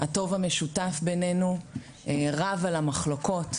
הטוב המשותף בינינו רב על המחלוקות,